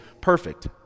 perfect